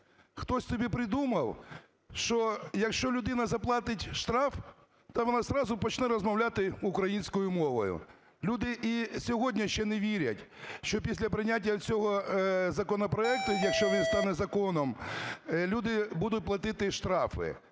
Хтось собі придумав, що якщо людина заплатить штраф, то вона зразу почне розмовляти українською мовою. Люди і сьогодні ще не вірять, що після прийняття цього законопроекту, якщо він стане законом, люди будуть платити штрафи.